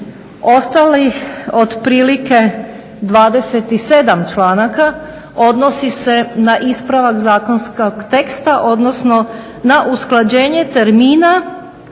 Ostalih otprilike 27 članaka odnosi se na ispravak zakonskog teksta odnosno na usklađenje termina